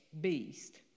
beast